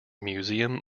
museum